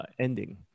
ending